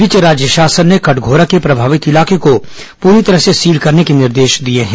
इस बीच राज्य शासन ने कटघोरा के प्रभावित इलाके को पूरी तरह से सील करने के निर्देश दिए हैं